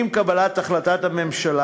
עם קבלת החלטת הממשלה,